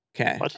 okay